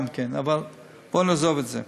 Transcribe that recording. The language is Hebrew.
אבל בואו נעזוב את זה.